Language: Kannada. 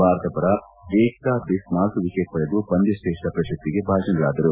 ಭಾರತ ಪರ ಏಕತಾ ಬಿಸ್ತ್ ನಾಲ್ಕು ವಿಕೆಟ್ ಪಡೆದು ಪಂದ್ಯ ಶ್ರೇಷ್ಟ ಪ್ರಶಸ್ತಿಗೆ ಭಾಜನರಾದರು